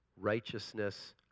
righteousness